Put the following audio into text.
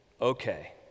okay